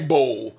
Bowl